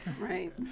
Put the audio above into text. Right